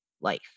life